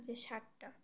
যে সারটা